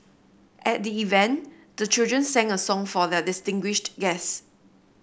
at the event the children sang a song for their distinguished guest